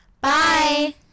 Bye